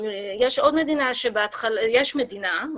יש מדינה.